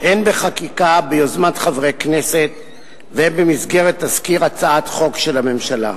הן בחקיקה ביוזמת חברי כנסת והן במסגרת תזכיר הצעת החוק של הממשלה.